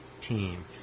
team